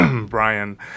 Brian